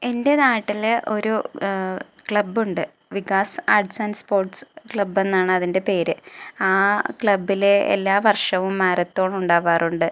എൻ്റെ നാട്ടിൽ ഒരു ക്ലബുണ്ട് Vikas arts and sports club എന്നാണ് അതിൻ്റെ പേര് ആ ക്ലബിൽ എല്ലാ വർഷവും മാരത്തോൺ ഉണ്ടാവാറുണ്ട്